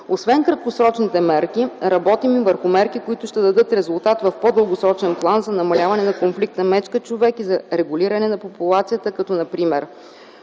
Освен краткосрочните мерки работим и върху мерки, които ще дадат резултат в по-дългосрочен план за намаляване на конфликта мечка-човек и за регулиране на популацията, като например: